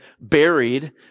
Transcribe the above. buried